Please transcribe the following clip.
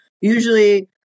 usually